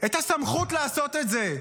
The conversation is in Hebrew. את הסמכות לעשות את זה.